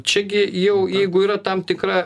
čia gi jau jeigu yra tam tikra